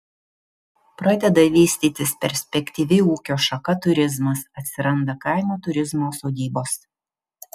pradeda vystytis perspektyvi ūkio šaka turizmas atsiranda kaimo turizmo sodybos